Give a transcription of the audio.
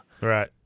Right